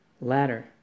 ladder